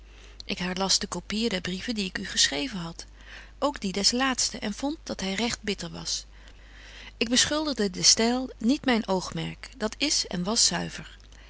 ik herlas de copyen der brieven die ik u geschreven had ook die des laatsten en vond dat hy recht bitter was ik beschuldigde den styl niet myn oogmerk dat is en was zuiver